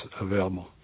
available